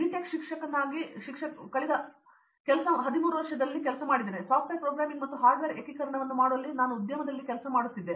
tech ನಾನು ಶಿಕ್ಷಕನಾಗಿ ಕೆಲಸ ಮಾಡಿದ 13 ವರ್ಷಗಳಲ್ಲಿ ಸಾಫ್ಟ್ವೇರ್ ಪ್ರೋಗ್ರಾಮಿಂಗ್ ಮತ್ತು ಹಾರ್ಡ್ವೇರ್ ಏಕೀಕರಣವನ್ನು ಮಾಡುವಲ್ಲಿ ನಾನು ಉದ್ಯಮದಲ್ಲಿ ಕೆಲಸ ಮಾಡುತ್ತಿದ್ದೆ